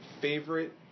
favorite